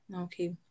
Okay